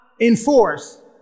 enforce